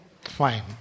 Fine